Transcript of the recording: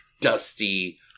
dusty